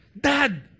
Dad